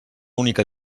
única